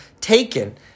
taken